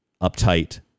uptight